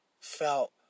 felt